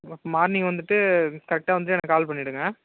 morning வந்துவிட்டு கரெக்டாக வந்துவிட்டு எனக்கு கால் பண்ணிவிடுங்க